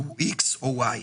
הוא X או Y,